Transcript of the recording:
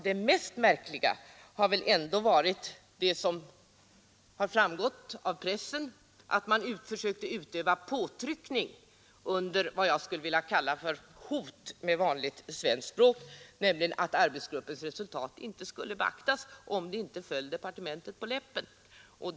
Det mest märkliga har kanske ändå varit att man, som framgått av pressen, försökt utöva påtryckning under hot — för att använda vanligt svenskt språk — nämligen att arbetsgruppens resultat inte skulle beaktas om det inte föll departementet på läppen.